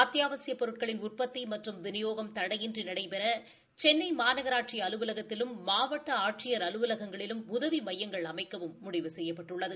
அத்தியாவசியப் பொருட்களின் உற்பத்தி மற்றும் விநியோகம் தடையின்றி நடைபெற சென்னை மாநகராட்சி அலுவலகத்திலும் மாவட்ட ஆட்சியர் அலுவலகங்களிலும் உதவி மையங்கள் அமைக்கவும் முடிவு செய்யப்பட்டுள்ளது